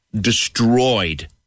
destroyed